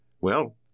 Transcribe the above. Well